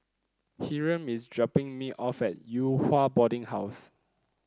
Hyrum is dropping me off at Yew Hua Boarding House